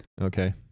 Okay